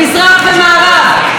מזרח ומערב,